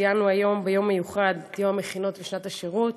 ציינו היום ביום מיוחד את יום המכינות ושנת השירות.